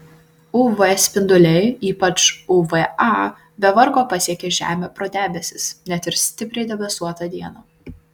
uv spinduliai ypač uv a be vargo pasiekia žemę pro debesis net ir stipriai debesuotą dieną